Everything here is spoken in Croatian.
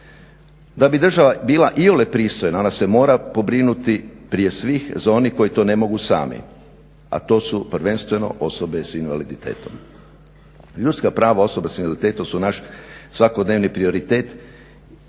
Da bi država bila iole pristojna ona se mora pobrinuti prije svih za one koji to ne mogu sami a to su prvenstveno osobe s invaliditetom. Ljudska prava osoba s invaliditetom su naš svakodnevni prioritet